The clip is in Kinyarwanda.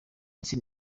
ese